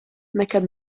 nekad